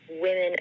women